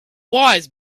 wise